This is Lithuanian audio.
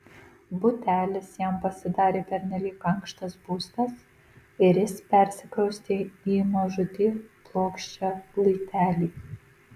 butelis jam pasidarė pernelyg ankštas būstas ir jis persikraustė į mažutį plokščią luitelį